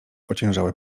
ociężałe